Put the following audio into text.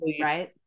right